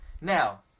Now